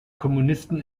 kommunisten